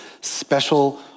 special